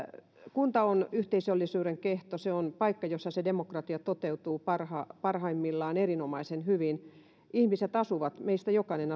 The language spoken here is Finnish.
kunta on yhteisöllisyyden kehto se on paikka jossa demokratia toteutuu parhaimmillaan erinomaisen hyvin ihmiset asuvat kunnassa meistä jokainen